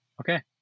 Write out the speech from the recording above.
Okay